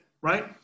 right